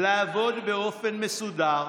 לעבוד באופן מסודר,